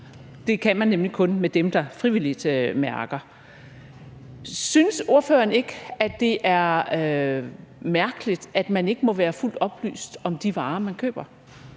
Det kan man nemlig kun med dem, der frivilligt mærker. Synes ordføreren ikke, at det er mærkeligt, at man ikke må være fuldt oplyst om de varer, som man køber?